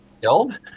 killed